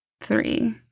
three